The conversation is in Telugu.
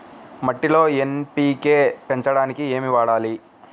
మట్టిలో ఎన్.పీ.కే పెంచడానికి ఏమి వాడాలి?